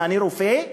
אני רופא,